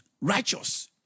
righteous